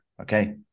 Okay